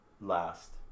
last